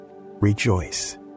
rejoice